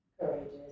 Courageous